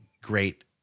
great